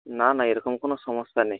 না না এরকম কোনো সমস্যা নেই